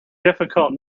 difficult